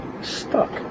Stuck